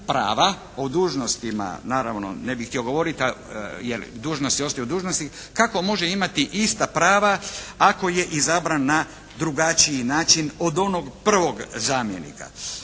o dužnostima naravno ne bih htio govoriti jer dužnosti ostaju dužnosti, kako može imati ista prava ako je izabran na drugačiji način od onog prvog zamjenika.